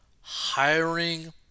hiring